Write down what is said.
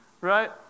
Right